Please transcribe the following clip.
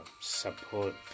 support